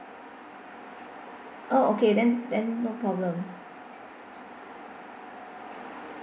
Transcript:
oh okay then then no problem